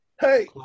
hey